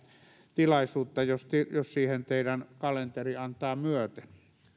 tilaisuutta jos jos siihen teidän kalenterinne antaa myöten